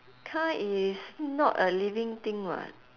car is not a living thing [what]